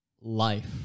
life